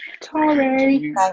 Sorry